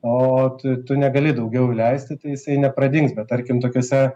o tu tu negali daugiau įleisti tai jisai nepradings bet tarkim tokiuose